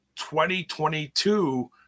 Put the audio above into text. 2022